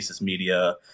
Media